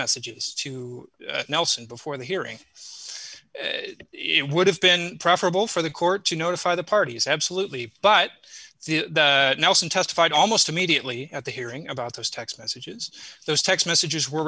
messages to nelson before the hearing it would have been preferable for the court to notify the parties absolutely but the nelson testified almost immediately at the hearing about those text messages those text messages were